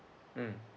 mm